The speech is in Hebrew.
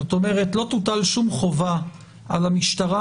זאת אומרת, לא תוטל שום חובה על המשטרה,